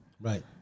Right